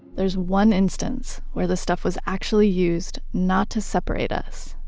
there's one instance where the stuff was actually used not to separate us,